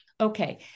Okay